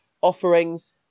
offerings